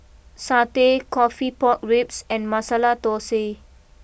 Satay Coffee Pork Ribs and Masala Thosai